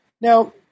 Now